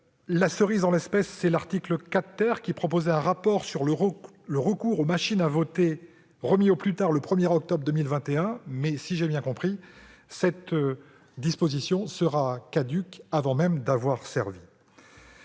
la cerise est l'article 4 , qui demande qu'un rapport sur le recours aux machines à voter soit remis au plus tard le 1 octobre 2021 ; si j'ai bien compris, cette disposition sera caduque avant même d'avoir servi.